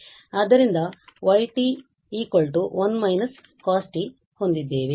ಆದ್ದರಿಂದ y 1 − cos t ಹೊಂದಿದ್ದೇವೆ